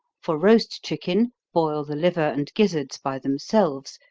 for roast chicken, boil the liver and gizzards by themselves,